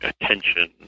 attention